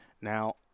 Now